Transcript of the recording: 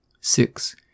Six